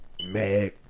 Mad